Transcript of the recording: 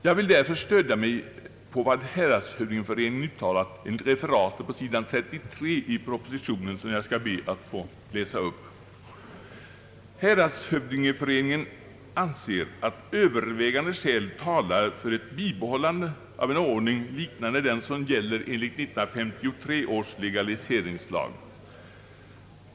Jag vill därför stödja mig på vad Häradshövdingeföreningen uttalat enligt referatet på s. 33 i propositionen nr 127, vilket jag skall be att få läsa upp: »Häradshövdingeföreningen anser, att övervägande skäl talar för ett bibehållande av en ordning liknande den som gäller enligt 1953 års legaliseringslag.